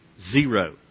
zero